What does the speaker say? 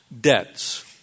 debts